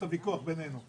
את הוויכוח בינינו.